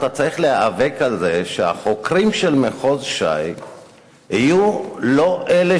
אתה צריך להיאבק על זה שהחוקרים של מחוז ש"י יהיו לא אלה